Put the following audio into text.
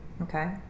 Okay